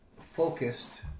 focused